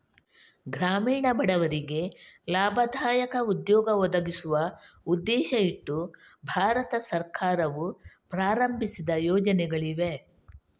ಗ್ರಾಮೀಣ ಬಡವರಿಗೆ ಲಾಭದಾಯಕ ಉದ್ಯೋಗ ಒದಗಿಸುವ ಉದ್ದೇಶ ಇಟ್ಟು ಭಾರತ ಸರ್ಕಾರವು ಪ್ರಾರಂಭಿಸಿದ ಯೋಜನೆಗಳಿವೆ